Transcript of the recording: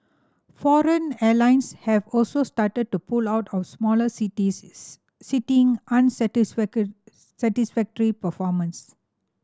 foreign airlines have also started to pull out of smaller cities citing satisfactory performance